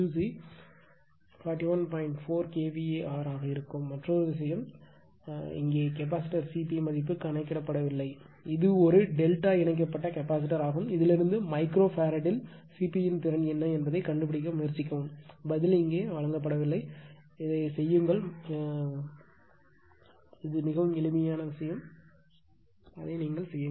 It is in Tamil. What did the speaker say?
4 kVAr ஆக இருக்கும் மற்றொரு விஷயம் இங்கே கெபாசிட்டர் Cp மதிப்பு கணக்கிடப்படவில்லை இது ஒரு டெல்டா இணைக்கப்பட்ட கெபாசிட்டர் ஆகும் இதிலிருந்து மைக்ரோ ஃபாரடில் சிபியின் திறன் என்ன என்பதைக் கண்டுபிடிக்க முயற்சிக்கவும் பதில் இங்கே கொடுக்கப்படவில்லை இதைச் செய்யுங்கள் என்று பரிந்துரைக்கிறேன் இது மிகவும் எளிமையான விஷயம் அதை செய்யுங்கள்